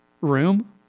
room